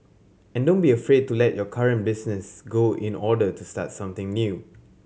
and don't be afraid to let your current business go in order to start something new